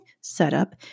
setup